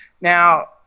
Now